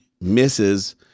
misses –